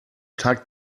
tag